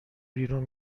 بیرون